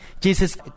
Jesus